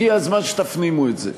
הגיע הזמן שתפנימו את זה.